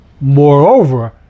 Moreover